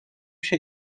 się